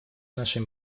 нашей